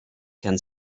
can